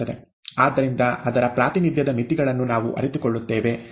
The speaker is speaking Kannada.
ಆದ್ದರಿಂದ ಅದರ ಪ್ರಾತಿನಿಧ್ಯದ ಮಿತಿಗಳನ್ನು ನಾವು ಅರಿತುಕೊಳ್ಳುತ್ತೇವೆ ಮತ್ತು ಅದನ್ನು ಸೂಕ್ತವಾಗಿ ಬಳಸುತ್ತೇವೆ